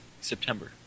September